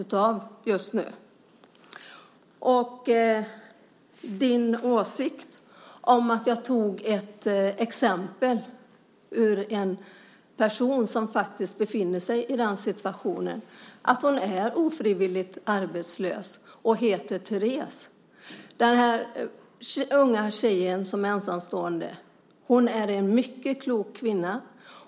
Sedan gäller det din åsikt om att jag exemplifierade med en person som befinner sig i situationen att hon är ofrivilligt arbetslös. Den personen heter Terés. Denna unga tjej, som är ensamstående, är mycket klok.